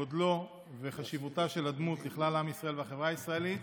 גודלו וחשיבותה של הדמות לכלל עם ישראל והחברה הישראלית,